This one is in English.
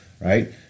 right